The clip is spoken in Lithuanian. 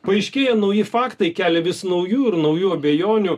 paaiškėja nauji faktai kelia vis naujų ir naujų abejonių